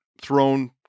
thrown